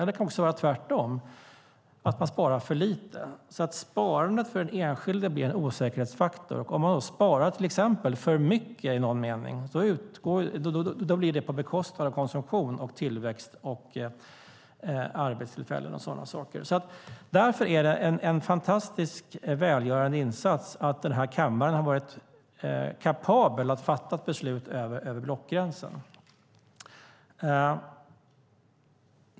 Det kan också vara tvärtom, att de sparar för lite. Sparandet blir en osäkerhetsfaktor för den enskilde. Om de till exempel sparar för mycket i någon mening blir det på bekostnad av konsumtion, tillväxt, arbetstillfällen och sådana saker. Därför är det en fantastisk välgörande insats att kammaren har varit kapabel att fatta ett beslut över blockgränserna.